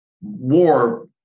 war